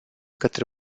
către